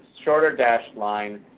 shorter dash line,